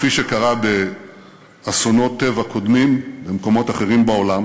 כפי שקרה באסונות טבע קודמים במקומות אחרים בעולם.